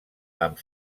amb